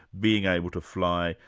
being able to fly,